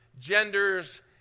genders